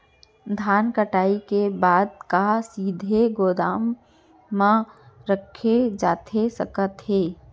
धान कटाई के बाद का सीधे गोदाम मा रखे जाथे सकत हे?